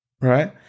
right